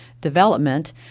development